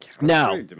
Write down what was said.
Now